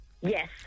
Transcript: Yes